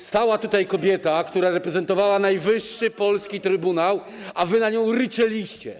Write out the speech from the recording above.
Stała tutaj kobieta, która reprezentowała najwyższy polski trybunał, a wy na nią ryczeliście.